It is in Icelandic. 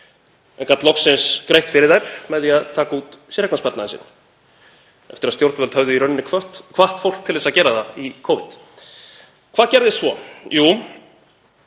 en gat loksins greitt fyrir þær með því að taka út séreignarsparnaðinn sinn, eftir að stjórnvöld höfðu í raun hvatt fólk til að gera það í Covid. Hvað gerðist svo? Jú,